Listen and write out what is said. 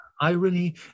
irony